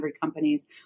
companies